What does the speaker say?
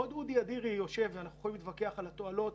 בעוד אודי אדירי יושב ואנחנו יכולים להתווכח על התועלות...